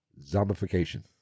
zombification